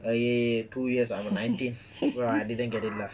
err two years I'm nineteen so I didn't get it lah